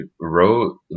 wrote